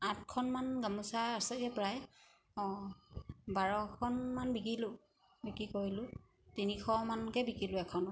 আঠখনমান গামোচা আছেগৈ প্ৰায় অঁ বাৰখনমান বিকিলোঁ বিক্ৰী কৰিলোঁ তিনিশ মানকৈ বিকিলোঁ এখনত